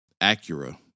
Acura